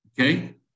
Okay